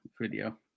Video